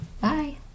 Bye